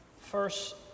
First